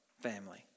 family